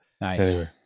Nice